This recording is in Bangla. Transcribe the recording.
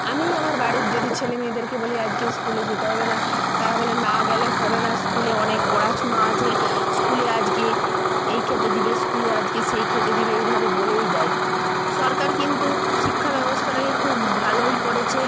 আমিই আমার বাড়ির যদি ছেলে মেয়েদেরকে বলি আজকে স্কুলে যেতে হবে না তারা বলে না গেলে হবে না স্কুলে অনেক পড়াশুনো আছে স্কুলে আজকে এই খেতে দেবে স্কুলে আজকে সেই খেতে দেবে এইভাবে বলেই যায় সরকার কিন্তু শিক্ষা ব্যবস্থাটাকে খুব ভালোই করেছে